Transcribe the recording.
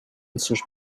source